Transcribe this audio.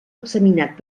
examinat